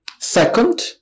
Second